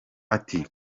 ati